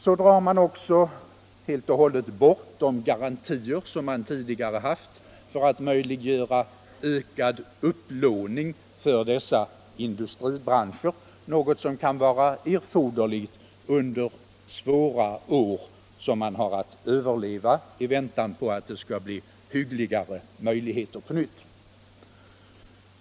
Så drar man också helt och hållet bort de garantier som man tidigare haft för att möjliggöra ökad upplåning för dessa industribranscher, något som kan vara erforderligt under svåra år som man har att överleva i väntan på att det skall bli hyggligare möjligheter på nytt.